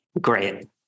Great